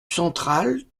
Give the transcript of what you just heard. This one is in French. centrale